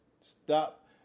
Stop